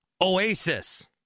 Oasis